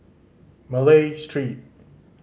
Malay Street